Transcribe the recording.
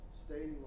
stating